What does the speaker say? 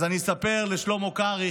אז אני אספר לשלמה קרעי,